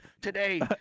today